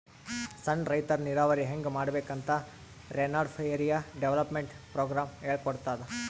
ಸಣ್ಣ್ ರೈತರ್ ನೀರಾವರಿ ಹೆಂಗ್ ಮಾಡ್ಬೇಕ್ ಅಂತ್ ರೇನ್ಫೆಡ್ ಏರಿಯಾ ಡೆವಲಪ್ಮೆಂಟ್ ಪ್ರೋಗ್ರಾಮ್ ಹೇಳ್ಕೊಡ್ತಾದ್